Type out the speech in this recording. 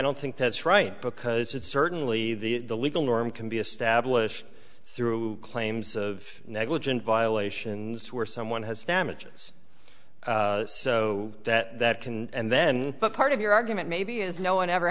don't think that's right because it's certainly the legal norm can be established through claims of negligent violations where someone has damages so that that can and then but part of your argument maybe is no one ever